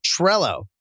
Trello